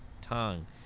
tongue